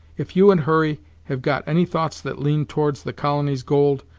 if you and hurry have got any thoughts that lean towards the colony's gold,